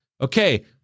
Okay